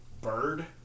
Bird